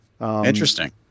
Interesting